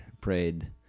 prayed